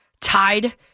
tied